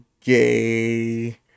gay